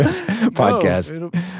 podcast